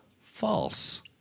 false